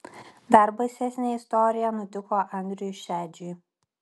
dar baisesnė istorija nutiko andriui šedžiui